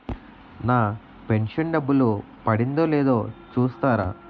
నా pension డబ్బులు పడిందో లేదో చూస్తారా?